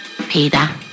Peter